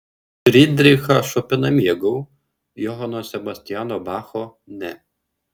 fridrichą šopeną mėgau johano sebastiano bacho ne